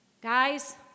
Guys